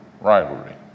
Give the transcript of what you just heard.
rivalry